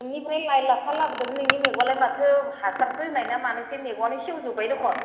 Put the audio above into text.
नोंनिफ्राय लाइ लाफा लाबोदोंमोन नोंनि मैगङालाय माथो हासारसो होनाय ना मानायसो मैगङानो सेवजोबबाय दखन